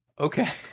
okay